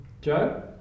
Joe